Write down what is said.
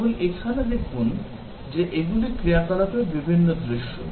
কেবল এখানে দেখুন যে এগুলি ক্রিয়াকলাপের বিভিন্ন দৃশ্য